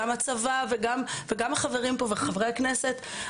גם הצבא וגם החברים פה וחברי הכנסת,